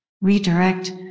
redirect